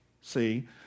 See